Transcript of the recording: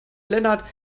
lennart